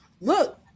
look